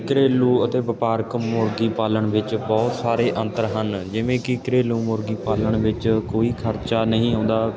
ਘਰੇਲੂ ਅਤੇ ਵਪਾਰਕ ਮੁਰਗੀ ਪਾਲਣ ਵਿੱਚ ਬਹੁਤ ਸਾਰੇ ਅੰਤਰ ਹਨ ਜਿਵੇਂ ਕਿ ਘਰੇਲੂ ਮੁਰਗੀ ਪਾਲਣ ਵਿੱਚ ਕੋਈ ਖਰਚਾ ਨਹੀਂ ਆਉਂਦਾ